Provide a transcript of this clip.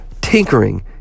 tinkering